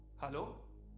hello,